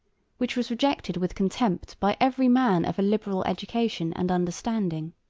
which was rejected with contempt by every man of a liberal education and understanding.